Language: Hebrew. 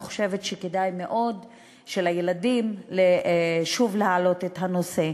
אני חושבת שכדאי מאוד שוב להעלות את הנושא.